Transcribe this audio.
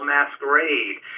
Masquerade